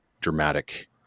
dramatic